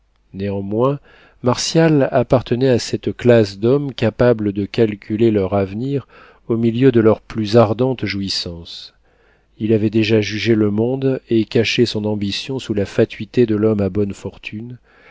néanmoins martial appartenait à cette classe d'hommes capables de calculer leur avenir au milieu de leurs plus ardentes jouissances il avait déjà jugé le monde et cachait son ambition sous la fatuité de l'homme à bonnes fortunes